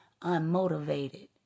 unmotivated